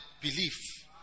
belief